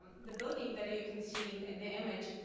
the building that you can see in the image